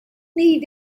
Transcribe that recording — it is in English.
need